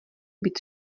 být